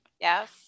Yes